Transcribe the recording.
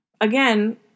Again